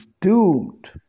doomed